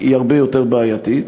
היא הרבה יותר בעייתית.